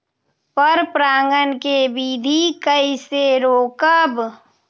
पर परागण केबिधी कईसे रोकब?